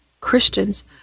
Christians